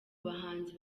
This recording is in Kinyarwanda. bahanzi